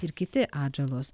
ir kiti atžalos